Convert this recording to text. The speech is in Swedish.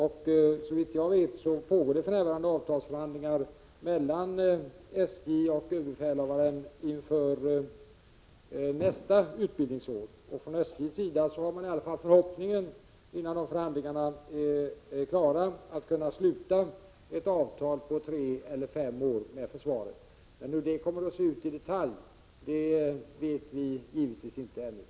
Såvitt jag vet pågår för närvarande avtalsförhandlingar mellan SJ och överbefälhavaren inför nästa utbildningsår. Från SJ:s sida har man i alla fall förhoppningen att förhandlingarna på 3—5 år skall kunna ge ett avtal med försvaret. Hur det kommer att se ut i detalj vet vi givetvis inte ännu.